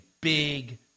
big